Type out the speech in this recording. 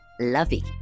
lovey